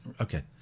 Okay